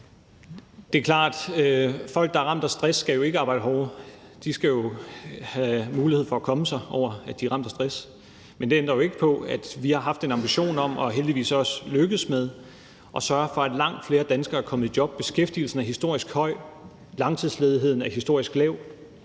Det klart, at folk, der er ramt af stress, jo ikke skal arbejde hårdere; de skal have mulighed for at komme sig over, at de er ramt af stress. Men det ændrer jo ikke på, at vi har haft en ambition om – og heldigvis også er lykkedes med – at sørge for, at langt flere danskere kommer i job. Beskæftigelsen er historisk høj; langtidsledigheden er historisk lav.